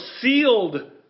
sealed